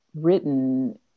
written